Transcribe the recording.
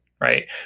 right